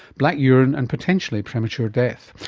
black urine and potentially premature death.